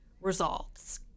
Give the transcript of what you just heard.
results